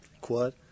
quad